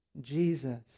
Jesus